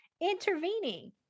intervening